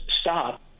stop